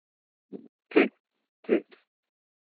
ठीक ठीक ठीक